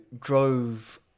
drove